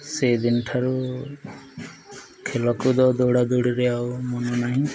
ସେହି ଦିନ ଠାରୁ ଖେଳକୁଦ ଦୌଡ଼ା ଦୌଡ଼ିରେ ଆଉ ମନ ନାହିଁ